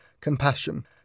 compassion